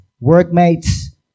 workmates